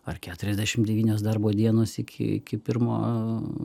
ar keturiasdešim devynios darbo dienos iki iki pirmo